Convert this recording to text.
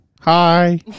Hi